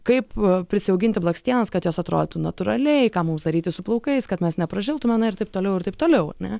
kaip prisiauginti blakstienas kad jos atrodytų natūraliai ką mums daryti su plaukais kad mes nepražiltume na ir taip toliau ir taip toliau ar ne